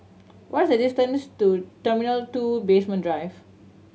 what is the distance to T Two Basement Drive